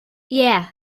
yeah